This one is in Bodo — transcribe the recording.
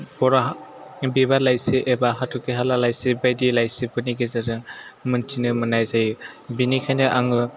बर' बिबार लाइसि एबा हाथरखि हाला लाइसि बायदि लाइसिफोरनि गेजेरजों मिन्थिनो मोननाय जायो बेनिखायनो आङो